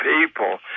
people